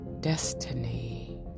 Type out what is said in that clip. destiny